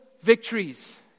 victories